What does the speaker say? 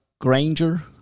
Granger